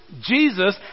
Jesus